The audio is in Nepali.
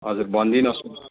हजुर भन्दिनुहोस्